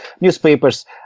newspapers